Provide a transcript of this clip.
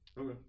okay